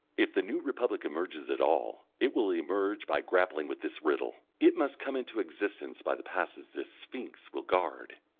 if the new republic emerges at all it will emerge by grappling with this riddle it must come into existence by the passes this sphinx will guard.